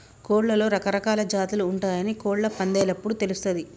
కోడ్లలో రకరకాలా జాతులు ఉంటయాని కోళ్ళ పందేలప్పుడు తెలుస్తది